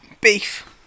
Beef